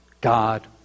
God